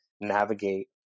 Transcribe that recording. navigate